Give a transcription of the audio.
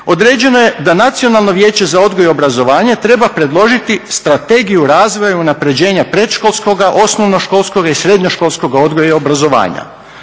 određeno je da Nacionalno vijeće za odgoj i obrazovanje treba predložiti strategiju razvoja i unaprjeđenja predškolskoga, osnovnoškolskog i srednjoškolskoga odgoja i obrazovanja.